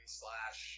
slash